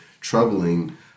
troubling